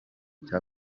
cya